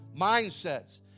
mindsets